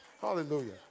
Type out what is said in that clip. Hallelujah